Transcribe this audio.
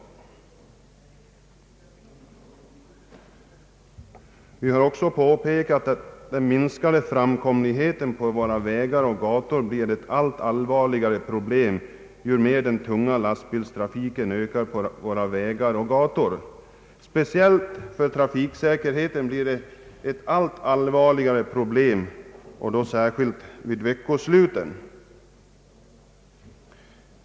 Vi har även påpekat att den minskade framkomligheten på våra vägar och gator blir ett allt allvarligare problem ju mer den tunga lastbilstrafiken ökar. Speciellt för trafiksäkerheten blir denna tunga trafik ett allt större problem, särskilt vid veckosluten.